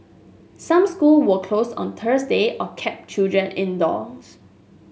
some school were closed on Thursday or kept children indoors